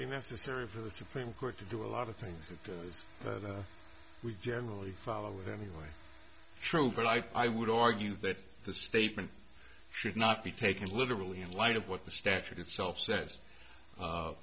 be necessary for the supreme court to do a lot of things that we generally follow it anyway true but i would argue that the statement should not be taken literally in light of what the statute itself says